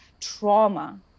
trauma